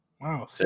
Wow